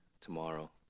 tomorrow